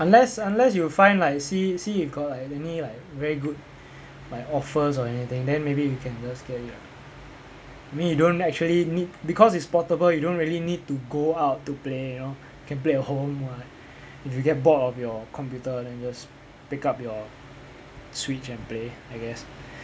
unless unless you find like see see if got like any like very good like offers or anything then maybe you can just get it I mean you don't actually need because it's portable you don't really need to go out to play you know can play at home [what] if you get bored of your computer then you just pick up your switch and play I guess